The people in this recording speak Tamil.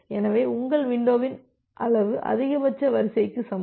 எனவே உங்கள் விண்டோவின் அளவு அதிகபட்ச வரிசைக்கு சமம்